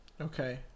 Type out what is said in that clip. Okay